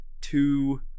two